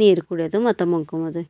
ನೀರು ಕುಡಿಯೋದು ಮತ್ತೆ ಮಂಕೋಬೋದು